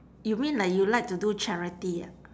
you mean like you like to do charity ah